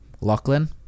Lachlan